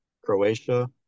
Croatia